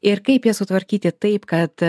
ir kaip ją sutvarkyti taip kad